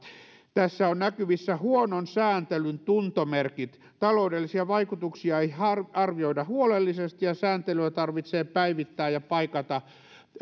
tässä ovat näkyvissä huonon sääntelyn tuntomerkit taloudellisia vaikutuksia ei arvioida huolellisesti ja sääntelyä tarvitsee päivittää ja paikata